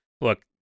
look